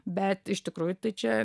bet iš tikrųjų tai čia